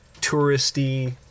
touristy